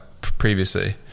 previously